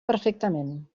perfectament